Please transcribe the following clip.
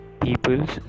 people's